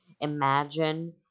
imagine